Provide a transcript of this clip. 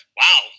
wow